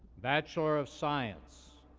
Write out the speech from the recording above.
bachelor of science,